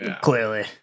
Clearly